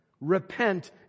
Repent